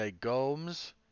Gomes